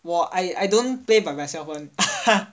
well I I don't play by myself [one]